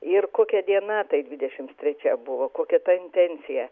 ir kokia diena tai dvidešims trečia buvo kokia ta intencija